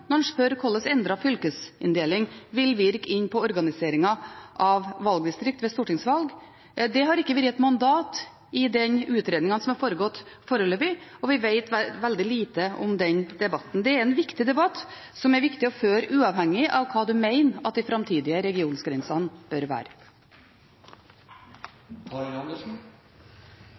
når han spør hvordan endret fylkesinndeling vil virke inn på organiseringen av valgdistrikt ved stortingsvalg. Dette har ikke vært et mandat i de utredningene som har foregått foreløpig – vi vet veldig lite om den debatten. Det er en viktig debatt, som det er viktig å føre, uavhengig av hvordan en mener at de framtidige regiongrensene bør være.